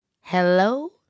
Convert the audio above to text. Hello